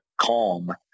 calm